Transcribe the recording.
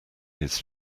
his